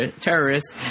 terrorists